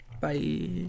Bye